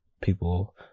people